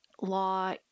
law